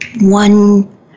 one